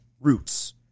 roots